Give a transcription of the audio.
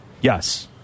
Yes